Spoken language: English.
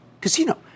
casino